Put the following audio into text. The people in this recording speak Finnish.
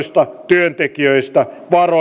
työntekijöistä